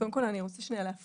קודם כל אני רוצה להפריד,